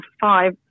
five